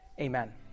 Amen